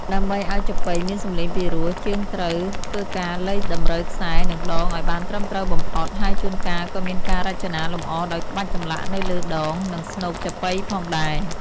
ដើម្បីឱ្យចាប៉ីមានសម្លេងពីរោះ ជាងត្រូវធ្វើការលៃតម្រូវខ្សែ និងដងឱ្យបានត្រឹមត្រូវបំផុត ហើយជួនកាលក៏មានការរចនាលម្អដោយក្បាច់ចម្លាក់នៅលើដង និងស្នូកចាប៉ីផងដែរ។